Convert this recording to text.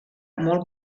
molt